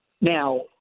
Now